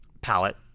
palette